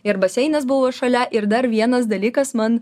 ir baseinas buvo šalia ir dar vienas dalykas man